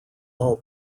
all